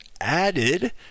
Added